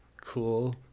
cool